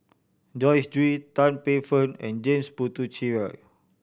Joyce Jue Tan Paey Fern and James Puthucheary